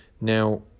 Now